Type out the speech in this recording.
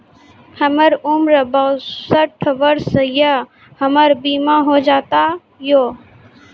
हमर उम्र बासठ वर्ष या हमर बीमा हो जाता यो?